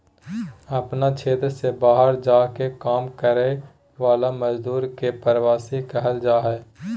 अपन क्षेत्र से बहार जा के काम कराय वाला मजदुर के प्रवासी कहल जा हइ